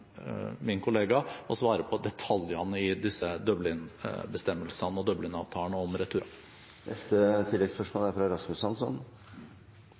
min kollega å svare på detaljene i disse Dublin-bestemmelsene og Dublin-avtalen om